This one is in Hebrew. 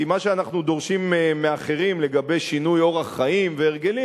כי מה שאנחנו דורשים מאחרים לגבי שינוי אורח חיים והרגלים,